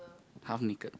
half naked